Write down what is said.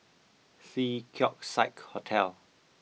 The Keong Saik Hotel